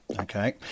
Okay